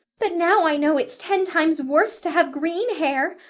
but now i know it's ten times worse to have green hair.